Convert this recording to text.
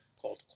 called